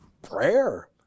Prayer